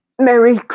Merry